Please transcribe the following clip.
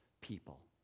people